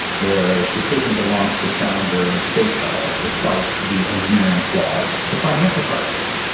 the decision to launch the challenger space shuttle despite the engineering flaws. the financial crisis,